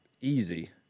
easy